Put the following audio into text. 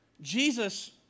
Jesus